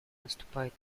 наступает